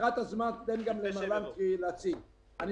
ביתרת הזמן תן גם למר לנקרי להציג את הדברים.